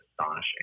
astonishing